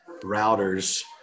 routers